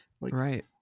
Right